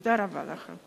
תודה רבה לכם.